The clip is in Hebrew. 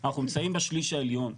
אנחנו נמצאים בשליש העליון.